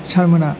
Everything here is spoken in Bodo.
सारमोना